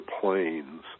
planes